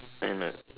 and like